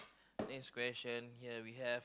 next question here we have